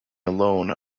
alone